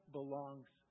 belongs